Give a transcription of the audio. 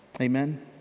Amen